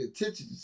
attention